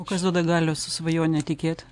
o kas duoda galios svajone tikėti